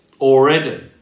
already